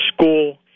school